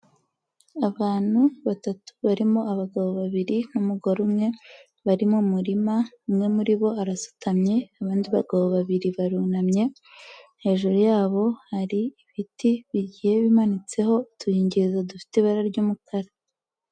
Abantu batatu, barimo abagabo babiri n'umugore umwe, bari mu murima, umwe muri bo arasutamye, abandi bagabo babiri barunamye, hejuru yabo hari ibiti bigiye bimanitseho utuyungirizo dufite ibara ry'umukara.